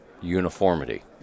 uniformity